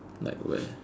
like where